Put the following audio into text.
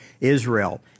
Israel